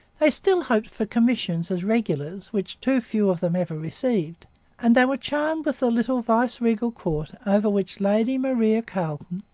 they still hoped for commissions as regulars, which too few of them ever received and they were charmed with the little viceregal court over which lady maria carleton,